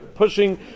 pushing